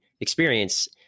experience